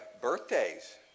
birthdays